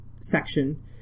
section